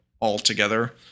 altogether